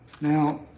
Now